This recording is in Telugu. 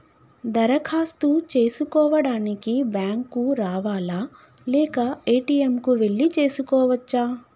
దరఖాస్తు చేసుకోవడానికి బ్యాంక్ కు రావాలా లేక ఏ.టి.ఎమ్ కు వెళ్లి చేసుకోవచ్చా?